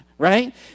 right